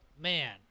Man